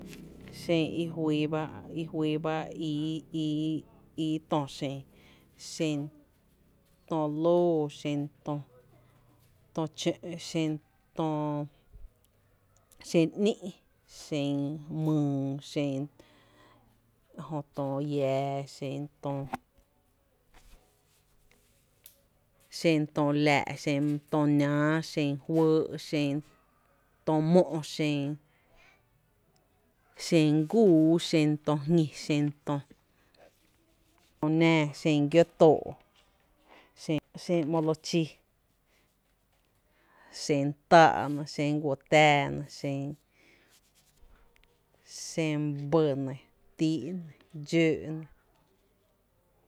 Xen i juy ba i juyy ba ii, ii tö xen, xen tö lóó, xen tö chö’ xen, xen ‘nï’ xen myy xen jöto llaa xen, xen tö laa’ tö nⱥⱥ, xen fɇɇ xen tö mó’ xen, xen gúuú, xen tï jñi xen tö nⱥⱥ, xen gió too’, xen ‘mo loo chíí, xen táá’ nɇ xen guó tⱥⱥ nɇ xen bɇ nɇ tíií’ nɇ, dxóó’ nɇ.